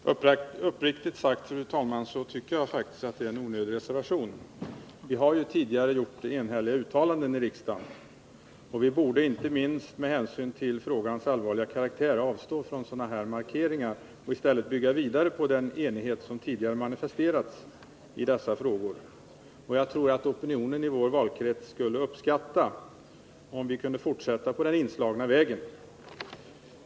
Fru talman! Uppriktigt sagt tycker jag faktiskt att reservationen är onödig. Vi har tidigare gjort enhälliga uttalanden i riksdagen, och vi borde inte minst med hänsyn till frågans allvarliga karaktär avstå från sådana markeringar och i stället bygga vidare på den enighet som tidigare har manifesterats i dessa frågor. Jag tror att invånarna i vår valkrets skulle uppskatta om vi kunde fortsätta på den inslagna vägen.